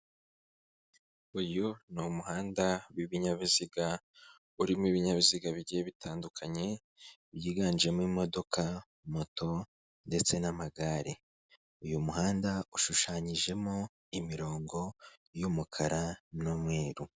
Uyu ni umuhanda w'ibinyabiziga urimo ibinyabiziga bibiri bitandukanye byiganjemo imodoka, moto ndetse n'amagare. Uyu muhanda ushushanyijemo imirongo y'umukara n'umweru.